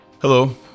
Hello